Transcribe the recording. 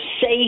safe